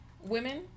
women